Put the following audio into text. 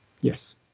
Yes